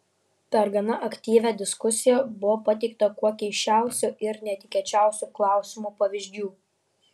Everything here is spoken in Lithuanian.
per gana aktyvią diskusiją buvo pateikta kuo keisčiausių ir netikėčiausių klausimų pavyzdžių